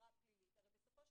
עבירה פלילית, הרי יש תלונה.